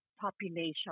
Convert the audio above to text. population